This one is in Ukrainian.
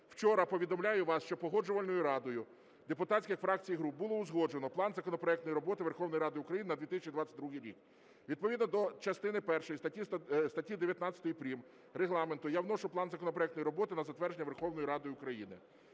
Вчора, повідомляю вас, що Погоджувальною радою депутатських фракцій і груп було узгоджено План законопроектної роботи Верховної Ради України на 2022 рік. Відповідно до частини першої статті 19 прим. Регламенту я вношу план законопроектної роботи на затвердження Верховної Ради України.